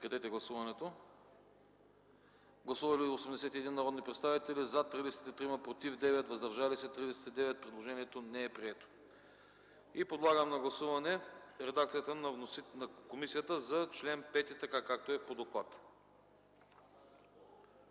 стойност”. Гласували 81 народни представители: за 33, против 9, въздържали се 39. Предложението не е прието. Подлагам на гласуване редакцията на комисията за чл. 5, така както е по доклада.